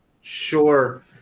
Sure